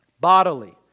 bodily